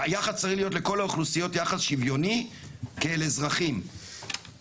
שהיחס צריך להיות לכל האוכלוסיות יחס שוויוני כאל אזרחים ושהשימוש,